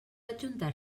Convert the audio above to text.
adjuntar